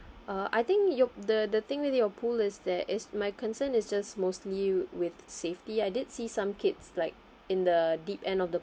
uh I think your the the thing with your pool is that is my concern is just mostly with safety I did see some kids like in the deep end of the